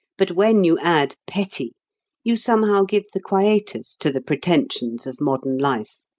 but when you add petty you somehow give the quietus to the pretensions of modern life.